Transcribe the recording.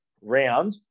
round